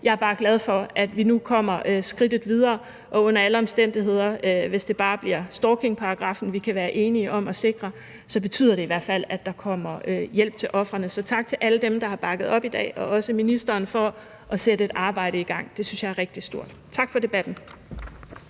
Jeg er bare glad for, at vi nu kommer skridtet videre. Og under alle omstændigheder vil jeg sige, at hvis det bare bliver stalkingparagraffen, vi kan være enige om at sikre, så betyder det i hvert fald, at der kommer hjælp til ofrene. Så tak til alle dem, der har bakket op i dag, og også til ministeren for at sætte et arbejde i gang. Det synes jeg er rigtig stort. Tak for debatten.